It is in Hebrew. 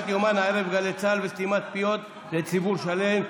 יומן הערב בגל"צ וסתימת פיות לציבור שלם,